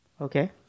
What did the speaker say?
Okay